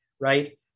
right